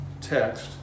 text